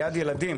ליד ילדים.